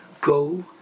Go